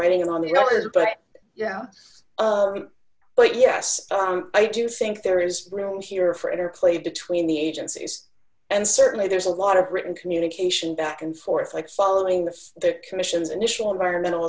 writing on the orders but yeah but yes i do think there is room here for interplay between the agencies and certainly there's a lot of written communication back and forth like following this there commissions initial environmental